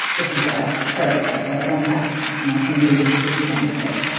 this is what i've heard, by the way. i don't have you know conclusive proof of any of this.